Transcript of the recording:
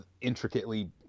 intricately